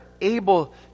able